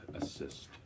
Assist